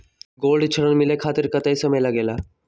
Gold ऋण मिले खातीर कतेइक समय लगेला?